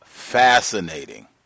Fascinating